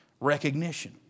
recognition